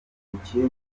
ubukire